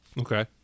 Okay